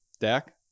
Dak